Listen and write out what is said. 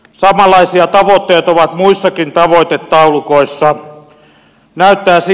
samanlaisia tavoitteet ovat muissakin tavoitetaulukoissa